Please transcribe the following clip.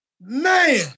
Man